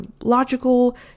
logical